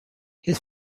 his